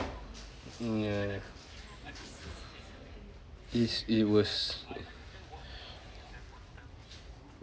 mm ya is it was